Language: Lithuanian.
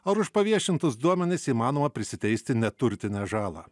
ar už paviešintus duomenis įmanoma prisiteisti neturtinę žalą